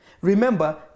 Remember